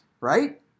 right